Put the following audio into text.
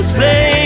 say